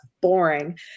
boring